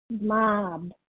mob